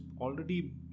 already